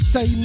Say